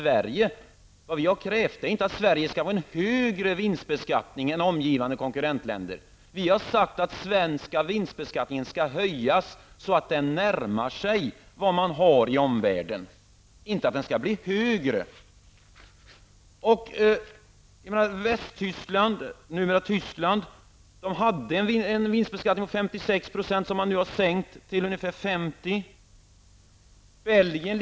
Vi har inte krävt att Sverige skall ha en högre vinstbeskattning än omgivande konkurrentländer, utan att den svenska vinstbeskattningen skall höjas så att den närmar sig omvärldens. Västtyskland, numera Tyskland, hade en vinstbeskattning på 56 % som man nu har sänkt till ungefär 50 %.